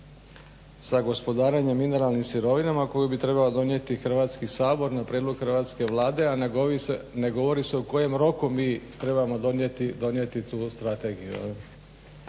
sa gospodarenjem mineralnim sirovinama koju bi trebao donijeti Hrvatski sabor na prijedlog hrvatske Vlade, a ne govori se u kojem roku mi trebamo donijeti tu strategiju.